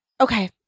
okay